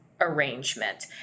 arrangement